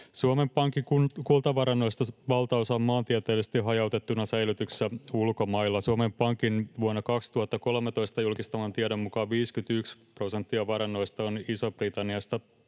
Suomen Pankin kultavarannoista valtaosa on maantieteellisesti hajautettuna säilytyksessä ulkomailla. Suomen Pankin vuonna 2013 julkistaman tiedon mukaan 51 prosenttia varannoista on Isossa-Britanniassa,